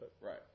Right